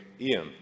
Ian